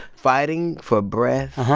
fighting for breath.